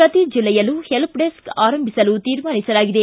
ಪ್ರತಿ ಜಿಲ್ಲೆಯಲ್ಲೂ help desk ಆರಂಭಿಸಲು ತೀರ್ಮಾನಿಸಲಾಗಿದೆ